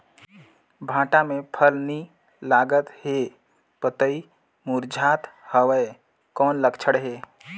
भांटा मे फल नी लागत हे पतई मुरझात हवय कौन लक्षण हे?